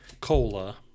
cola